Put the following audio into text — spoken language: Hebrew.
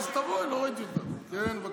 בבקשה.